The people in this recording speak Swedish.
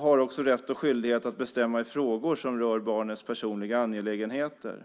också har rätt och skyldighet att bestämma i frågor som rör barnets personliga angelägenheter.